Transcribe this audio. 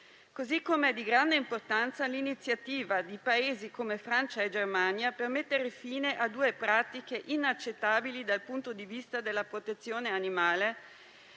È di altrettanto grande importanza l'iniziativa di Paesi come Francia e Germania per mettere fine a due pratiche inaccettabili dal punto di vista della protezione animale.